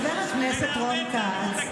הוא עובד לטובת המפונים, ומגיע לו.